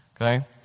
Okay